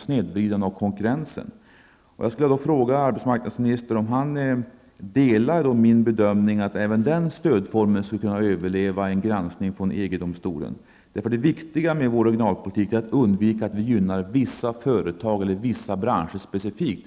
snedvrida konkurrensen. Jag skulle vilja fråga arbetsmarknadsministern om han delar min bedömning att även den stödformen skulle kunna överleva en granskning från EG Det viktiga med vår regionalpolitik är att vi undviker att gynna vissa företag och branscher specifikt.